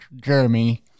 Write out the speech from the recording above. Jeremy